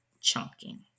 chunking